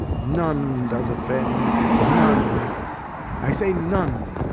none does offend, none i say none!